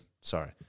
sorry